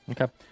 okay